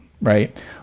right